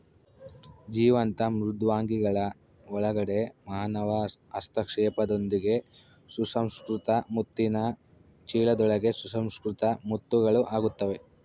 ಜೀವಂತ ಮೃದ್ವಂಗಿಗಳ ಒಳಗಡೆ ಮಾನವ ಹಸ್ತಕ್ಷೇಪದೊಂದಿಗೆ ಸುಸಂಸ್ಕೃತ ಮುತ್ತಿನ ಚೀಲದೊಳಗೆ ಸುಸಂಸ್ಕೃತ ಮುತ್ತುಗಳು ಆಗುತ್ತವೆ